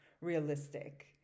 realistic